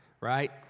Right